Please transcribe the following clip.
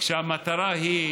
המטרה היא